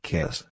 Kiss